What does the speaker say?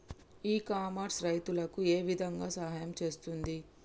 E commerce రైతులకు ఏ విధంగా సహాయం చేస్తుంది?